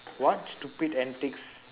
what stupid antics